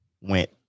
went